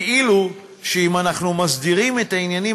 כאילו אם אנחנו מסדירים את העניינים